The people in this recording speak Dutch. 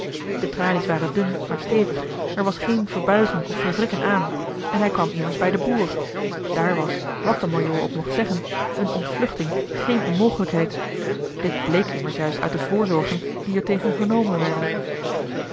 de tralies waren dun maar stevig er was geen verbuigen of verwrikken aan en hij kwam immers bij den boer daar was wat de majoor ook mocht zeggen eene ontvluchting geene onmogelijkheid dit bleek immers juist uit de voorzorgen die er tegen genomen werden